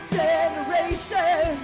generation